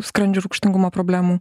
skrandžio rūgštingumo problemų